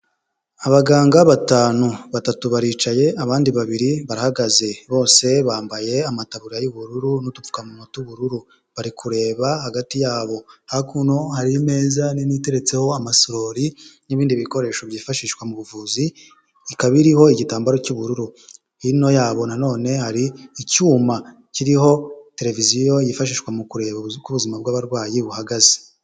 Abaganga batanu, batatu baricaye, abandi babiri barahagaze. Bose bambaye amataburiya y'ubururu n'udupfukamunwa tw'ubururu. Bari kureba hagati yabo. Hakuno hari imeza nini iteretseho amasorori n'ibindi bikoresho byifashishwa mu buvuzi, ikaba iriho igitambaro cy'ubururu. Hino yabo na none hari icyuma kiriho tereviziyo yifashishwa mu kureba uko ubuzima bw'abarwayi buhagaze.